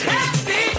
Happy